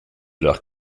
leur